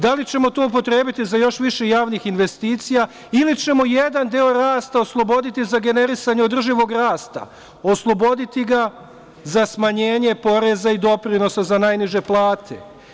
Da li ćemo to upotrebiti za još više javnih investicija ili ćemo deo rasta osloboditi za generisanje održivog rasta, osloboditi ga za smanjenje poreza i doprinosa za najniže plate?